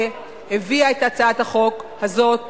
שהביאה את הצעת החוק הזאת,